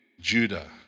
Judah